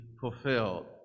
fulfilled